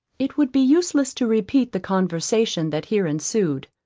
it would be useless to repeat the conversation that here ensued,